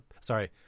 Sorry